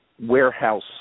warehouse